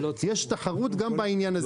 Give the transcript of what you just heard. יש תחרות גם בעניין הזה.